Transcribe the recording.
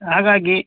ಹಾಗಾಗಿ